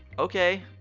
okay.